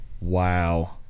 wow